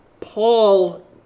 Paul